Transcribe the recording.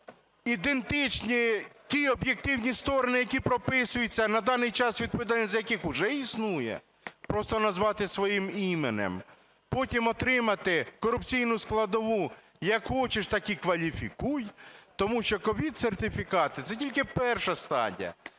ідентичні ті об'єктивні сторони, які прописуються, на даний час відповідальність за які вже існує, просто назвати своїм іменем. Потім отримати корупційну складову, як хочеш – так і кваліфікуй, тому що ковід-сертифікати – це тільки перша стадія.